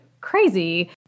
crazy